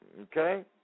Okay